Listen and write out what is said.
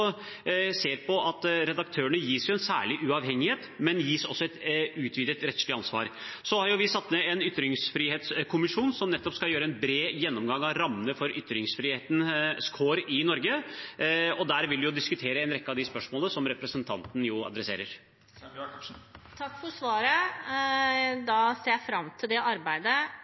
et utvidet rettslig ansvar. Vi har satt ned en ytringsfrihetskommisjon, som skal ta en bred gjennomgang av rammene for ytringsfrihetens kår i Norge. Der vil vi diskutere en rekke av de spørsmålene representanten tar opp. Takk for svaret, da ser jeg fram til det arbeidet.